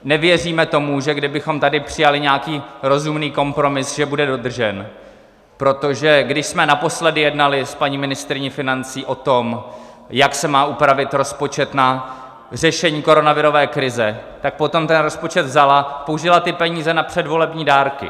Nevěříme tomu, že kdybychom tady přijali nějaký rozumný kompromis, že bude dodržen, protože když jsme naposledy jednali s paní ministryní financí o tom, jak se má upravit rozpočet na řešení koronavirové krize, tak potom ten rozpočet vzala, použila ty peníze na předvolební dárky.